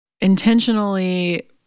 intentionally